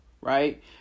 right